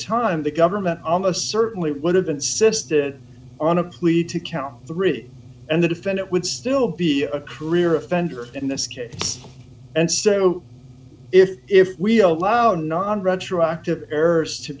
time the government almost certainly would have insisted on a plea to count three and the defendant would still be a career offender in this case and so if if we allow non retroactive errors to